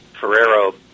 Ferrero